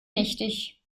nichtig